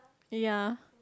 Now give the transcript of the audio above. ya